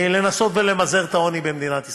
לנסות למזער את העוני במדינת ישראל.